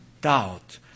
doubt